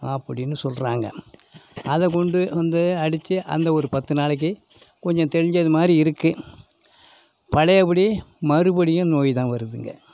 அப்படின்னு சொல்லுறாங்க அதை கொண்டு வந்து அடிச்சு அந்த ஒரு பத்து நாளைக்கு கொஞ்சம் தெளிஞ்சதுமாதிரி இருக்கு பழையபடி மறுபடியும் நோய் தான் வருதுங்க